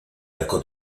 arco